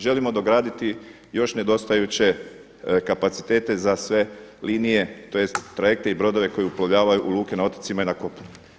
Želimo dograditi još nedostajuće kapacitete za sve linije, tj. trajekte i brodove koji uplovljavaju u luke na otocima i na kopnu.